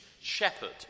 shepherd